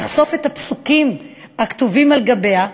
לחשוף את הפסוקים הכתובים עליה.